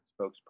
spokesperson